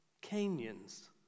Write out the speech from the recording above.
canyons